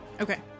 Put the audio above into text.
Okay